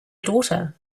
daughter